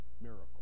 miracle